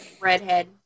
Redhead